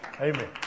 Amen